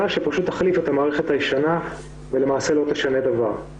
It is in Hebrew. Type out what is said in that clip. שפשוט תחליף את המערכת הישנה ולמעשה לא תשנה דבר.